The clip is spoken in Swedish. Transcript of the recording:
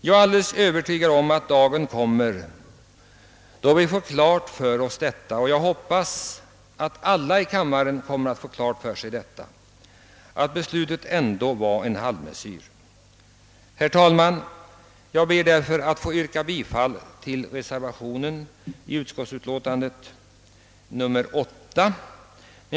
Jag är helt övertygad om att dagen kommer då vi får klart för oss — jag hoppas att det kommer att omfatta alla i denna kammare — att beslutet ändock var en halvmesyr. Herr talman! Jag ber med detta att få yrka bifall till reservationen nr 8 i jordbruksutskottets utlåtande nr 25.